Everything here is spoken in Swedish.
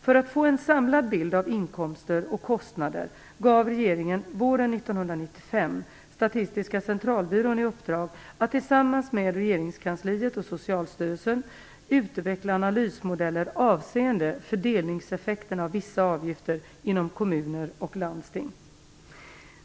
För att få en samlad bild av inkomster och kostnader gav regeringen våren 1995 Statistiska centralbyrån i uppdrag att tillsammans med regeringskansliet och Socialstyrelsen utveckla analysmodeller avseende fördelningseffekterna av vissa avgifter inom kommuner och landsting.